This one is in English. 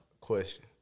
question